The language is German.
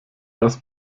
das